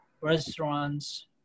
Restaurants